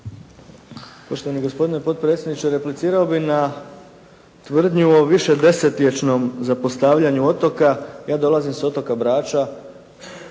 Poštovani gospodine potpredsjedniče, replicirao bih na tvrdnju o višedesetljetnom zapostavljanju otoka. Ja dolazim sa otoka Brača.